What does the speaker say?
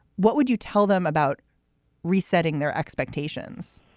what would you tell them about resetting their expectations?